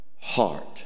heart